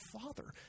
father